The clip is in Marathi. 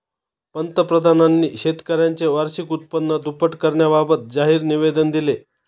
पंतप्रधानांनी शेतकऱ्यांचे वार्षिक उत्पन्न दुप्पट करण्याबाबत जाहीर निवेदन दिले